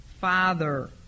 father